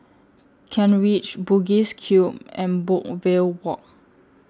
Kent Ridge Bugis Cube and Brookvale Walk